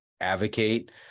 advocate